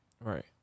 right